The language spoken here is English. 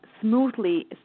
smoothly